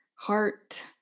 heart